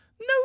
no